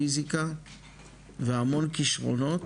פיסיקה והמון כישרונות,